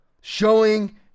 Showing